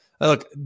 Look